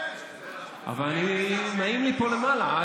אבל נעים לי פה למעלה.